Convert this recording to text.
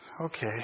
Okay